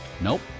Nope